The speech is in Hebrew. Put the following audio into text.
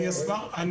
לא.